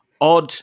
odd